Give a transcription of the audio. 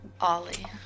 Ollie